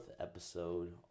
episode